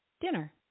dinner